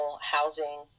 housing